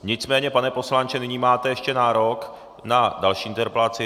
Nicméně, pane poslanče, nyní máte ještě nárok na další interpelaci.